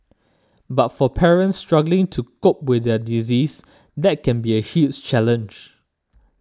but for parents struggling to cope with their disease that can be a huge challenge